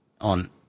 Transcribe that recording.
on